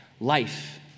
Life